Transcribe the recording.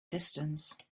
distance